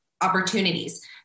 opportunities